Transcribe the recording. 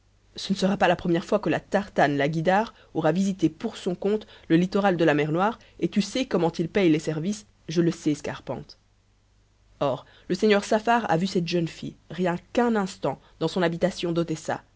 ce ne sera pas la première fois que la tartane la guïdare aura visité pour son compte le littoral de la mer noire et tu sais comment il paye les services je le sais scarpante or le seigneur saffar a vu cette jeune fille rien qu'un instant dans son habitation d'odessa